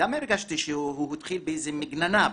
שהוא התחיל באיזו מגננה,